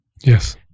Yes